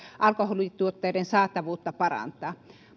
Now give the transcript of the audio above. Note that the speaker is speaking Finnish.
alkoholituotteiden saatavuutta parantaa